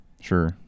Sure